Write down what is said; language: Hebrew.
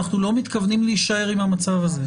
אנחנו לא מתכוונים להישאר עם המצב הזה.